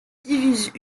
divisent